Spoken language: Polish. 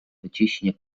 wyciśnie